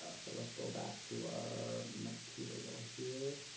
ah so let's go back to our material here.